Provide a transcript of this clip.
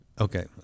okay